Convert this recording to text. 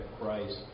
Christ